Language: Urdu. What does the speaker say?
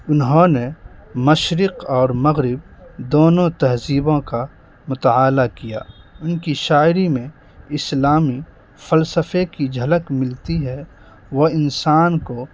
انہوں نے مشرق اور مغرب دونوں تہذیبوں کا مطالعہ کیا ان کی شاعری میں اسلامی فلسفے کی جھلک ملتی ہے وہ انسان کو